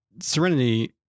serenity